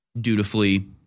dutifully